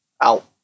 out